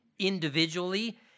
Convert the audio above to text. individually